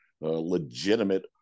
legitimate